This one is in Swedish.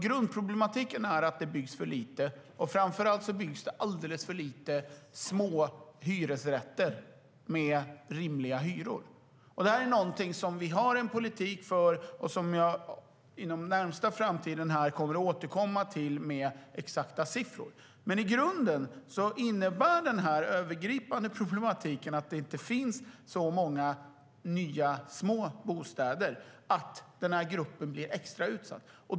Grundproblematiken är nämligen att det byggs för lite, och framför allt byggs det alldeles för lite små hyresrätter med rimliga hyror. Det är någonting vi har en politik för och som jag inom den närmaste framtiden kommer att återkomma om med exakta siffror. I grunden innebär dock den övergripande problematiken att det inte finns så många nya, små bostäder att den här gruppen blir extra utsatt.